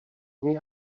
něj